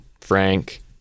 Frank